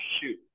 Shoot